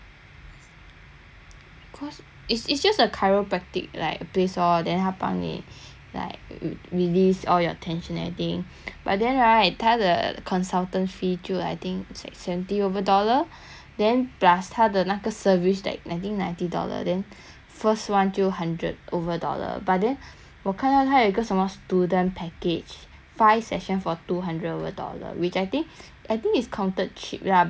cause it's it's just a chiropractic like place lor then 他帮你 like w~ release all your tension I think but then right 他的 consultant fee 就 I think is like seventy over dollar then plus 他的那个 service like nineteen ninety dollar then first one 就 hundred over dollar but then 我看到他有一个什么 student package five session for two hundred over dollar which I think I think it's counted cheap lah but the problem is that initial cost then